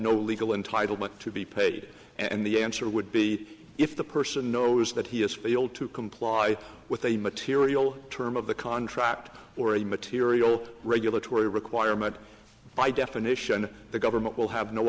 no legal entitlement to be paid and the answer would be if the person knows that he has failed to comply with a material term of the contract or a material regulatory requirement by definition the government will have no